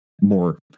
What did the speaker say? more